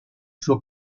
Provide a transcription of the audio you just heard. suo